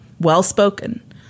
well-spoken